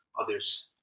others